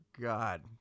God